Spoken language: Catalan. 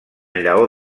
llaor